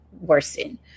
worsen